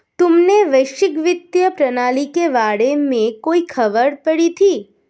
तुमने वैश्विक वित्तीय प्रणाली के बारे में कोई खबर पढ़ी है?